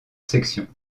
sections